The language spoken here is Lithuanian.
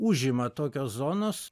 užima tokios zonos